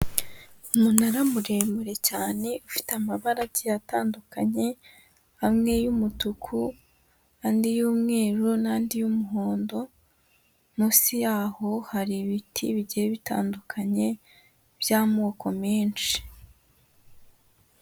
Umunara muremure cyane ufite amabara agiye atandukanye, amwe y'umutuku andi y'umweru n'andi y'umuhondo, munsi yaho hari ibiti bigiye bitandukanye by'amoko menshi.